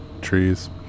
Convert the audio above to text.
trees